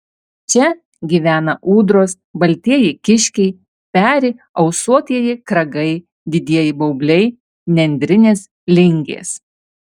čia gyvena ūdros baltieji kiškiai peri ausuotieji kragai didieji baubliai nendrinės lingės